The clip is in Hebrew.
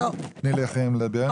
תני לאחרים לדבר.